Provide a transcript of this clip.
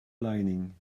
lining